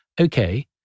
okay